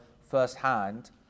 firsthand